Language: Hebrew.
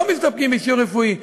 לא מסתפקים באישור רפואי.